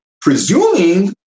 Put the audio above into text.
presuming